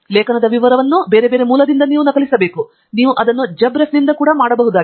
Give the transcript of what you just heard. ಉಲ್ಲೇಖದ ವಿವರವನ್ನು ಬೇರೆ ಬೇರೆ ಮೂಲದಿಂದ ನೀವು ನಕಲಿಸಬೇಕು ನೀವು ಅದನ್ನು JabRef ನಿಂದ ಕೂಡಾ ಮಾಡಬಹುದಾಗಿದೆ